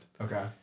Okay